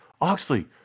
Oxley